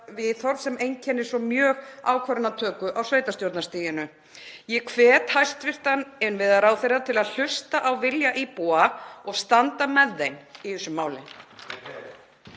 sem einkennir svo mjög ákvarðanatöku á sveitarstjórnarstiginu. Ég hvet hæstv. innviðaráðherra til að hlusta á vilja íbúa og standa með þeim í þessu máli.